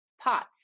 POTS